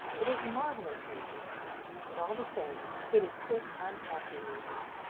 it is marvellous music but, all the same, it is sick, unhealthy music.